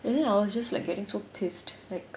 and then I was just like getting so pissed like